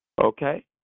Okay